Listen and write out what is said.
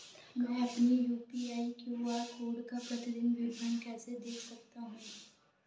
मैं अपनी UPI QR code का प्रतीदीन विवरण कैसे देख सकता हूँ?